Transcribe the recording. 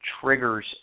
triggers